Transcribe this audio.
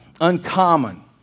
uncommon